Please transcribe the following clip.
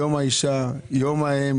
יום האישה, יום האם